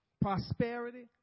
prosperity